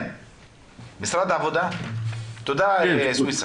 תודה, סויסא.